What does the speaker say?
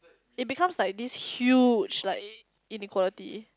it becomes like this huge like inequality